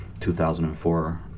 2004